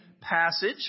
passage